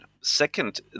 Second